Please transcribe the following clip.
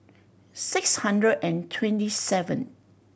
six hundred and twenty seven